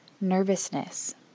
nervousness